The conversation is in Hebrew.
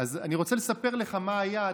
אני רוצה לספר לך מה היה.